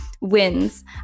wins